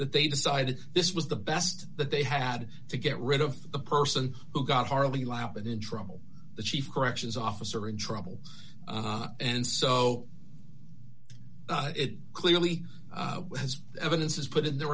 that they decided this was the best that they had to get rid of the person who got harley lout in trouble the chief corrections officer in trouble and so it clearly has evidence is put in the